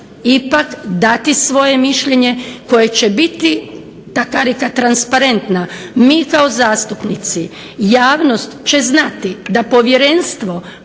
ipak dati svoje mišljenje, koje će biti ta karika transparentna, mi kao zastupnici javnost će znati da povjerenstvo